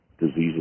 diseases